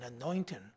anointing